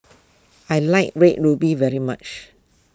I like Red Ruby very much